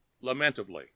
lamentably